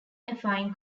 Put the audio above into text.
affine